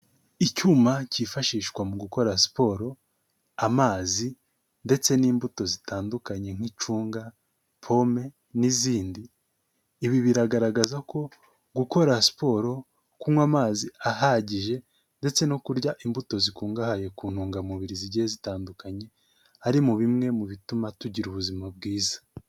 Icyuma cyifashishwa mu gukora siporo, amazi ndetse n'imbuto zitandukanye: nk'icunga, pome n'izindi, ibi biragaragaza ko gukora siporo kunywa amazi ahagije ndetse no kurya imbuto zikungahaye ku ntungamubiri zigiye zitandukanye ari mu bimwe mu bituma tugira ubuzima bwiza.